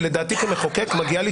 כשלדעתי כמחוקק מגיעות לי